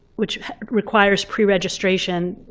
which requires pre-registration,